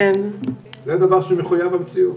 זה דבר שהוא מחויב המציאות.